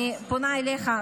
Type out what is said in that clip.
ואני פונה אליך,